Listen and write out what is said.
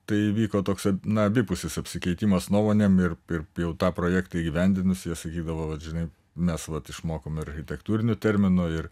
tai įvyko toks na abipusis apsikeitimas nuomonėmis ir ir jau tą projektą įgyvendinus jie sakydavo vat žinai mes vat išmokom ir architektūrinių terminų ir